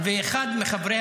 אחד מחברי